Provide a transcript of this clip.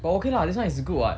but okay lah this one is good [what]